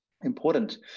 important